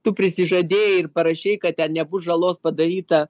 tu prisižadėjai ir parašei kad ten nebus žalos padaryta